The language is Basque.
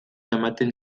ematen